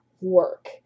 work